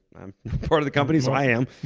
i'm part of the company, so i am.